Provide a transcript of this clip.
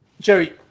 Jerry